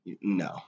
No